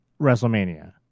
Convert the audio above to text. WrestleMania